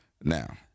Now